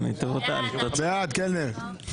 שישה.